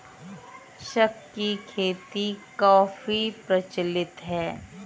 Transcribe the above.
शंख की खेती काफी प्रचलित है